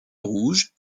rouge